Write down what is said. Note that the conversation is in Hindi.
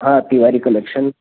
हाँ तिवारी कलेक्शन